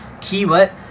keyword